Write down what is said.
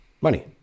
money